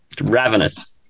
ravenous